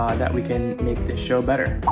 that we can make this show better.